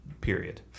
Period